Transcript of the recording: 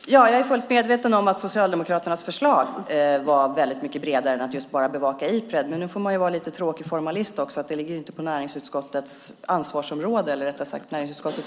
Herr talman! Jag är fullt medveten om att Socialdemokraternas förslag var mycket bredare än att bevaka Ipred, men nu får man vara lite tråkig formalist. Näringsutskottet